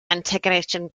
integer